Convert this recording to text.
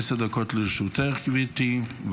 עשר דקות לרשותך, גברתי.